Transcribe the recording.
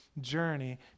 journey